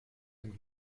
dem